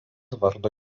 vardo